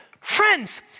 Friends